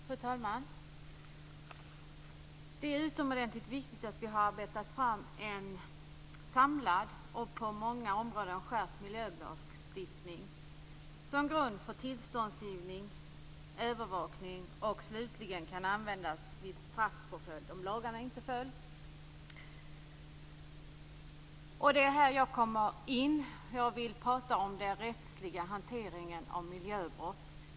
Fru talman! Det är utomordentligt viktigt att vi har arbetat fram en samlad och på många områden skärpt miljölagstiftning som grund för tillståndsgivning, övervakning och som slutligen kan användas vid straffpåföljd om lagarna inte följs. Det är här jag kommer in. Jag vill prata om den rättsliga hanteringen av miljöbrott.